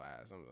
ass